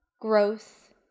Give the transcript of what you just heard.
growth